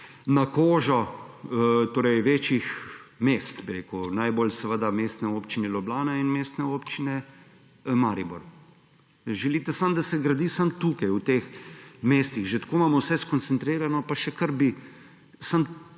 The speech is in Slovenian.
na kožo torej večjih mest, bi rekel. Najbolj seveda Mestni občini Ljubljana in Mestni občini Maribor. Želite samo, da se gradi samo tukaj, v teh mestih. Že tako imamo že vse skoncentrirano, pa še kar bi. Samo